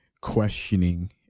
questioning